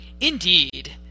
Indeed